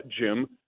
Jim